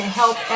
help